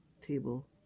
table